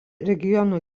regiono